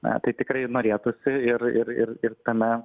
na tai tikrai norėtųsi ir ir ir tame